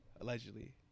Allegedly